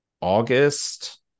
august